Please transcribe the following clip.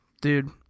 Dude